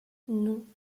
non